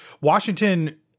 Washington